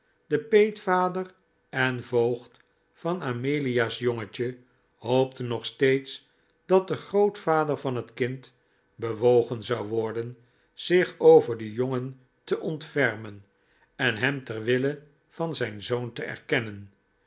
de peetvader en voogd van amelia's jongetje hoopte nog steeds dat de grootvader van het kind bewogen zou worden zich over den jongen te ontfermen en hem ter wille van zijn zoon te erkennen